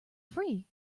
free